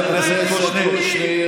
חבר הכנסת קושניר.